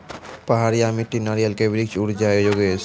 पहाड़िया मिट्टी नारियल के वृक्ष उड़ जाय योगेश?